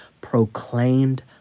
Proclaimed